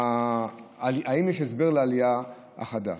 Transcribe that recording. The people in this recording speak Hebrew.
אם יש הסבר לעלייה החדה.